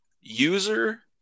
user